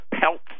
Pelt